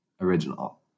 original